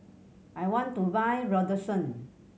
I want to buy Redoxon